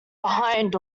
behind